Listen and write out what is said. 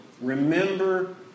remember